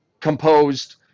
composed